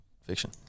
fiction